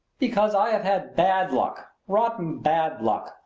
because i have had bad luck rotten bad luck!